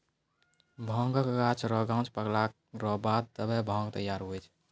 भांगक गाछ रो गांछ पकला रो बाद तबै भांग तैयार हुवै छै